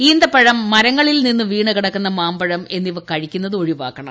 ഈന്തപ്പഴം മരങ്ങളിൽ നിന്ന് വീണു കിടക്കുന്ന മാമ്പഴം എന്നിവ കഴിക്കുന്നത് ഒഴിവാക്കണം